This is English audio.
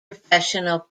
professional